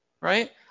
right